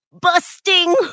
busting